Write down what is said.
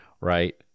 right